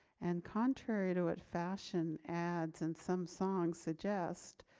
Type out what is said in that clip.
and contrary to what fashion ads and some songs suggest,